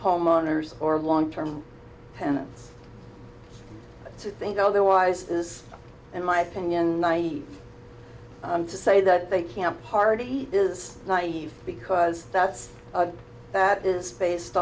homeowners or long term tenants to think otherwise is in my opinion why to say that they can't party is naive because that's that is based